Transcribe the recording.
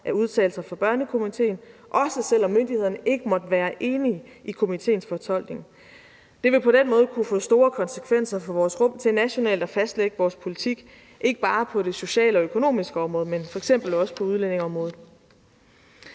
ad udtalelser fra Børnekomiteen, også selv om myndighederne ikke måtte være enig i komiteens fortolkning. Det vil på den måde kunne få store konsekvenser for vores rum til nationalt at fastlægge vores politik, ikke bare på det sociale og økonomiske område, men f.eks. også på udlændingeområdet.